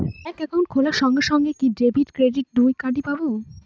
Bank account খোলার সঙ্গে সঙ্গে কি ডেবিট ক্রেডিট দুটো কার্ড পাবো?